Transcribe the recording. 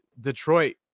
Detroit